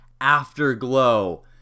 Afterglow